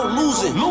losing